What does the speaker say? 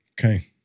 Okay